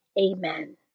Amen